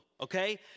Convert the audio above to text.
okay